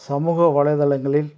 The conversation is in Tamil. சமூக வலைத்தளங்களில்